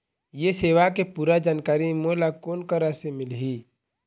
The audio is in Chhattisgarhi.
ये सेवा के पूरा जानकारी मोला कोन करा से मिलही?